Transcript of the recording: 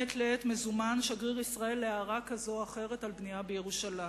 מעת לעת שגריר ישראל מזומן להערה כזאת או אחרת על בנייה בירושלים,